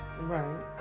Right